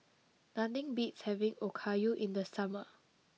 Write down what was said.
nothing beats having Okayu in the summer